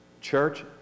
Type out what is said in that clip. Church